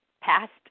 past